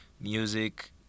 music